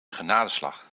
genadeslag